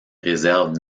réserve